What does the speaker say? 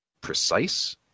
precise